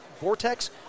vortex